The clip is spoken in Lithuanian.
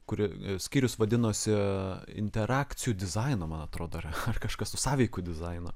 kuri skyrius vadinosi interakcijų dizaino man atrodo ar kažkas su sąveikų dizainu